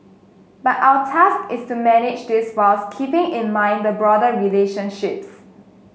but our task is to manage this whilst keeping in mind the broader relationships